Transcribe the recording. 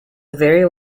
very